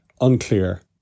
unclear